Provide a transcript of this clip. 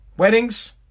Weddings